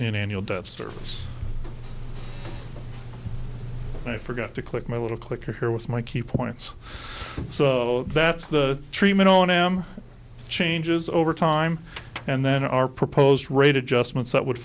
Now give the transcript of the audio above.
annual debt service and i forgot to click my little clicker here with my key points so that's the treatment on m changes over time and then our proposed rate adjustments that would